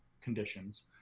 conditions